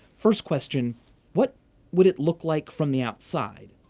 first question what would it look like from the outside?